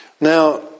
Now